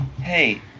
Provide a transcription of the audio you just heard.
hey